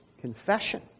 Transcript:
confession